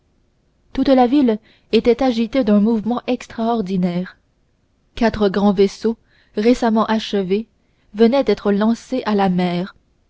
toute la ville était agitée d'un mouvement extraordinaire quatre grands vaisseaux récemment achevés venaient d'être lancés à la mer